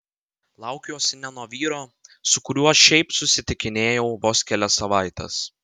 laukiuosi ne nuo vyro su kuriuo šiaip susitikinėjau vos kelias savaites